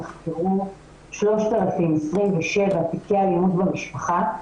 נספרו 3,027 תיקי אלימות במשפחה,